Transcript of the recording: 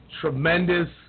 tremendous